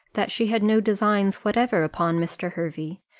that she had no designs whatever upon mr. hervey,